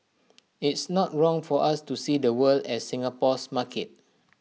it's not wrong for us to see the world as Singapore's market